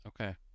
Okay